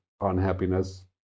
unhappiness